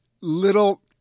little